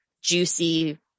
juicy